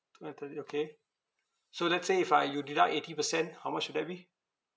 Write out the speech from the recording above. one thirty okay so let's say if I you deduct eighty percent how much would that be